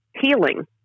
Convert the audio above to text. healing